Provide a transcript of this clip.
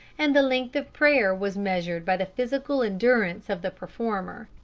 and the length of prayer was measured by the physical endurance of the performer.